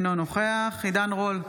אינו נוכח עידן רול,